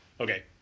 Okay